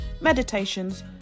meditations